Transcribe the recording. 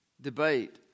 debate